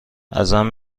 ازم